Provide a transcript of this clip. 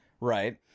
Right